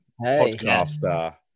podcaster